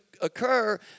occur